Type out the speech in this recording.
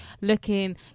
looking